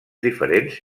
diferents